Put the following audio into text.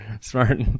smart